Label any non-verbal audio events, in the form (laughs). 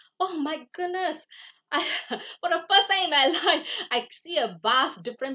oh my goodness (breath) I (laughs) for the first time in my life I see a vast difference